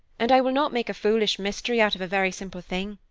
and i will not make a foolish mystery out of a very simple thing.